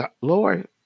Lord